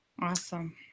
Awesome